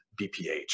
BPH